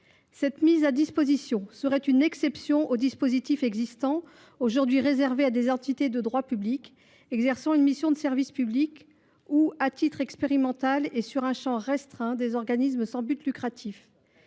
Cette mise à disposition constituerait une exception au dispositif en vigueur aujourd’hui, qui est réservé à des entités de droit public exerçant une mission de service public, ou – à titre expérimental et sur un champ restreint – à des organismes sans but lucratif.